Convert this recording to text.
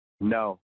No